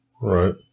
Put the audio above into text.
Right